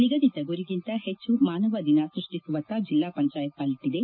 ನಿಗದಿತ ಗುರಿಗಿಂತ ಹೆಚ್ಚು ಮಾನವ ದಿನ ಸೃಷ್ಟಿಸುವತ್ತ ಜಿಲ್ಲಾ ಪಂಚಾಯತ್ ಕಾಲಿಟ್ಟದೆ